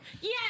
Yes